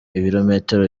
ibirometero